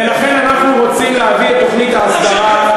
ולכן אנחנו רוצים להביא את תוכנית ההסדרה,